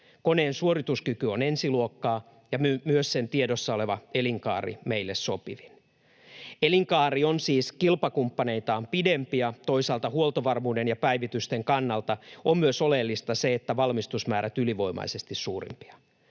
Koneen suorituskyky on ensiluokkaa ja myös sen tiedossa oleva elinkaari meille sopivin. Elinkaari on siis kilpakumppaneitaan pidempi, ja toisaalta huoltovarmuuden ja päivitysten kannalta on myös oleellista se, että valmistusmäärät ovat ylivoimaisesti suurimpia.